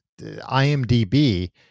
IMDb